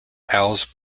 owls